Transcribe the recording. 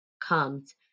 comes